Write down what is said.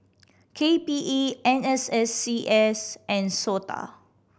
K P E N S S C S and SOTA